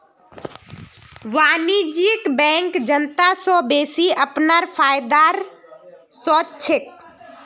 वाणिज्यिक बैंक जनता स बेसि अपनार फायदार सोच छेक